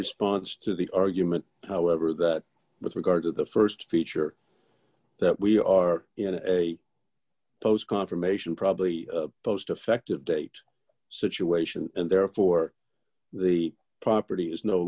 response to the argument however that with regard to the st feature that we are in a post confirmation probably the most effective date situation and therefore the property is no